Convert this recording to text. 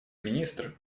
министр